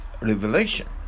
revelation